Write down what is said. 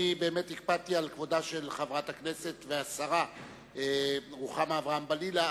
אני באמת הקפדתי על כבודה של חברת הכנסת והשרה רוחמה אברהם-בלילא,